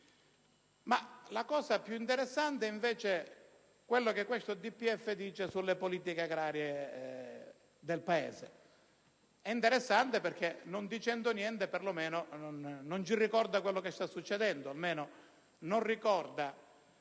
Ma la cosa più interessante è quanto questo DPEF dice sulle politiche agrarie del Paese. È interessante perché, non dicendo niente, per lo meno non ci ricorda quanto sta succedendo, o almeno non ricorda